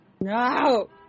No